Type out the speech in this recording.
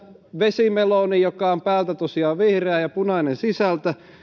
vesimeloniin joka on päältä tosiaan vihreä ja sisältä punainen